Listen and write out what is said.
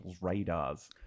radars